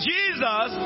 Jesus